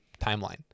timeline